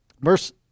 Verse